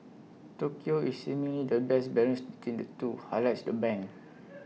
Tokyo is seemingly the best balance between the two highlights the bank